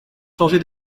changer